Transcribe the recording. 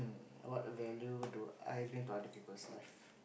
what value do I bring to other people's lives